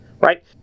right